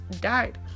died